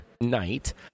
night